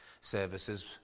Services